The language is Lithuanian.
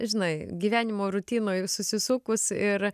žinai gyvenimo rutinoj susisukus ir